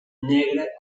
negre